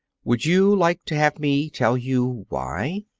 would you like to have me tell you why?